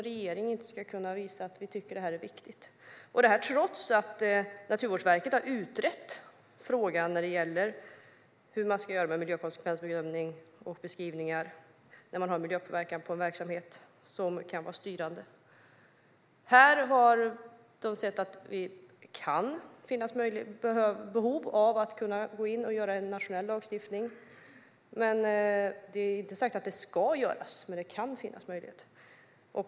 Regeringen ska inte kunna visa att man tycker att detta är viktigt. Så är det trots att Naturvårdsverket har utrett frågan om hur man ska göra med miljökonsekvensbedömningar och beskrivningar när det är miljöpåverkan av en verksamhet som kan vara styrande. Här har man sett att det kan finnas behov av att kunna göra en nationell lagstiftning. Det är inte sagt att det ska göras, men det kan finnas en möjlighet.